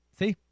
see